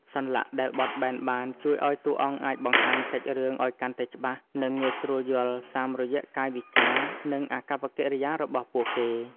សន្លាក់ដែលបត់បែនបាន ជួយឲ្យតួអង្គអាចបង្ហាញសាច់រឿងឲ្យកាន់តែច្បាស់ និងងាយស្រួលយល់ តាមរយៈកាយវិការ និងអាកប្បកិរិយារបស់ពួកគេ។